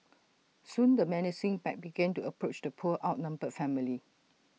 soon the menacing pack began to approach the poor outnumbered family